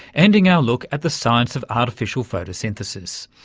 ending our look at the science of artificial photosynthesis,